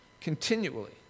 continually